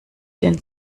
den